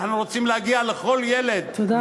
אנחנו רוצים להגיע לכל ילד, תודה רבה.